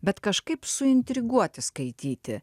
bet kažkaip suintriguoti skaityti